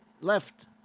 left